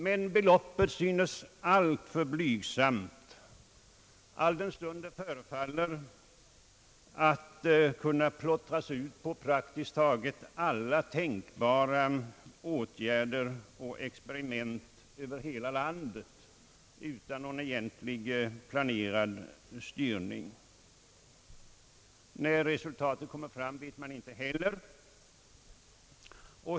Men beloppet synes alltför blygsamt, alldenstund det förefaller att kunna plottras ut på praktiskt taget alla tänkbara åtgärder och experiment över hela landet utan någon egentlig, planerad styrning. När resultaten kommer fram, vet man inte heller.